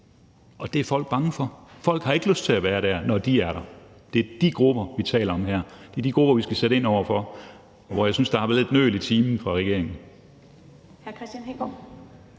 og det er folk bange for. Folk har ikke lyst til at være der, når de er der. Det er de grupper, vi taler om her, og det er de grupper, vi skal sætte ind over for, og hvor jeg synes der har været lidt nøl i timen fra regeringens